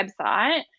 website